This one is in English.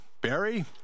Barry